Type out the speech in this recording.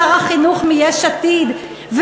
שר החינוך מיש עתיד,